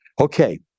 Okay